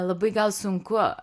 labai gal sunku